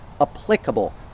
applicable